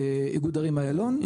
איגוד ערים איילון.